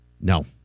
No